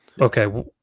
Okay